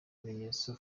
bimenyetso